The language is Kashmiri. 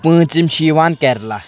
پانٛژِم چھِ یِوان کیرلا